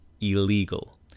illegal